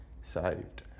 saved